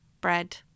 bread